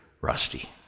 Rusty